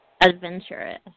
Adventurous